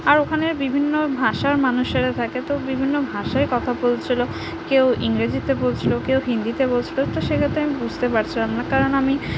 আর ওখানে বিভিন্ন ভাষার মানুষেরা থাকে তো বিভিন্ন ভাষায় কথা বলছিল কেউ ইংরেজিতে বলছিল কেউ হিন্দিতে বলছিলো তো সেক্ষেত্রে আমি বুঝতে পারছিলাম না কারণ আমি